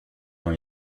dans